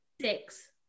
six